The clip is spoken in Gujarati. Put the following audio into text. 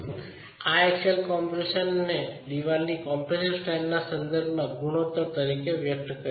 આ એક્સિયલલ કમ્પ્રેશનને ચણતરની કોમ્પ્રેસિવ સ્ટ્રેન્થના સંદર્ભમાં ગુણોત્તર તરીકે વ્યક્ત થાય છે